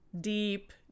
deep